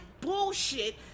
bullshit